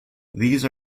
these